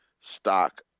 stock